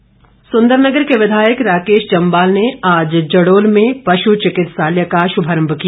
राकेश जम्वाल सुंदरनगर के विधायक राकेश जम्वाल ने आज जड़ोल में पशु चिकित्सालय का शुभारंभ किया